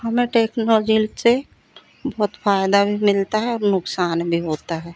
हमें टेक्नोजिल से बहुत फ़ायदा भी मिलता है और नुक़सान भी होता है